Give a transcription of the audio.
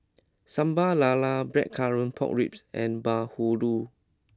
Sambal Lala Blackcurrant Pork Ribs and Bahulu